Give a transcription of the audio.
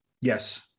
Yes